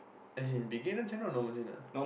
as in beginner channel or normal channel